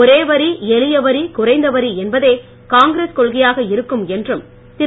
ஒரே வரி எளிய வரி குறைந்த வரி என்பதே காங்கிரஸ் கொள்கையாக இருக்கும் என்றும் திரு